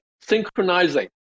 synchronizing